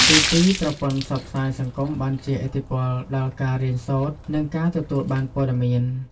ទីពីរ ប្រព័ន្ធផ្សព្វផ្សាយសង្គមបានជះឥទ្ធិពលដល់ការរៀនសូត្រ និងការទទួលបានព័ត៌មាន។